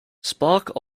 spark